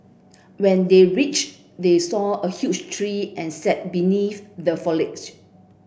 when they reach they saw a huge tree and sat beneath the foliage